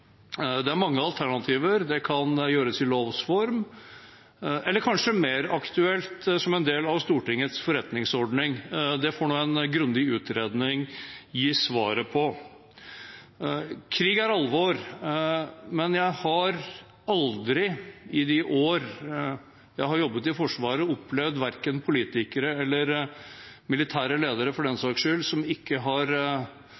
Det er mange alternativer. Det kan gjøres i lovs form eller kanskje mer aktuelt som en del av Stortingets forretningsorden. Det får en grundig utredning gi svaret på. Krig er alvor, men jeg har aldri i de år jeg har jobbet i Forsvaret, opplevd politikere, eller militære ledere for den